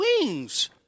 wings